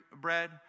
bread